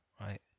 right